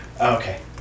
Okay